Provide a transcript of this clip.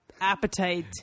appetite